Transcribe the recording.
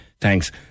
Thanks